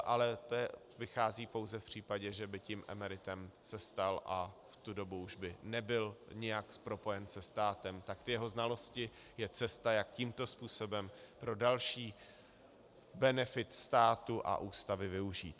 Ale to vychází pouze v případě, že by tím emeritem se stal a v tu dobu už by nebyl nijak propojen se státem, tak jeho znalosti je cesta, jak tímto způsobem pro další benefit státu a Ústavy využít.